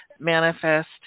manifest